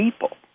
people